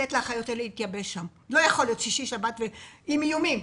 ולתת לאחיות האלה להתייבש שם שישי-שבת עם איומים.